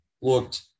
looked